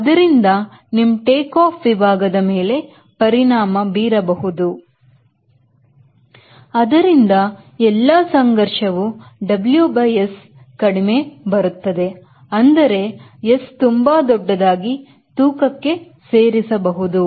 ಆದ್ದರಿಂದ ನಿಮ್ಮ ಟೇಕಾಫ್ ವಿಭಾಗದ ಮೇಲೆ ಪರಿಣಾಮ ಬೀರಬಹುದು ಆದ್ದರಿಂದ ಎಲ್ಲಾ ಸಂಘರ್ಷವು WS ಕಡಿಮೆ ಬರುತ್ತದೆ ಅಂದರೆ S ತುಂಬಾ ದೊಡ್ಡದಾಗಿದೆ ತೂಕಕ್ಕೆ ಸೇರಿಸಬಹುದು